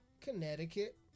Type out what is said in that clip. Connecticut